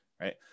Right